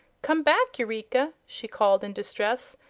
come back, eureka! she called, in distress,